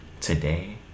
Today